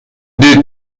دید